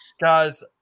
guys